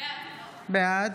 בעד